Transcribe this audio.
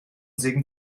segen